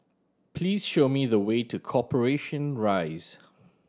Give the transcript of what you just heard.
please show me the way to Corporation Rise